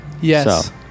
Yes